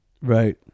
right